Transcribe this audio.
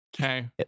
okay